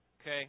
Okay